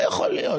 לא יכול להיות.